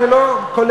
אני לא,